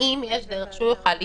האם יש דרך שהוא יוכל להיכנס?